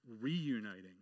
reuniting